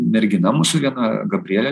mergina mūsų viena gabrielė